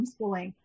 homeschooling